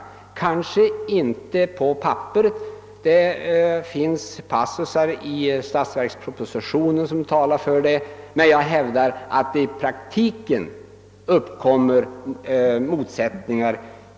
Det kanske inte är fallet på papperet — det finns i statsverkspropositionen uttalanden i den riktningen — men jag hävdar att det i praktiken uppkommer sådana motsättningar.